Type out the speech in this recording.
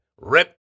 Rip